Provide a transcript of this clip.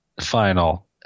final